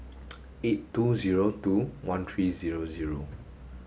eight two zero two one three zero zero